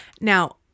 Now